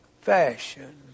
fashion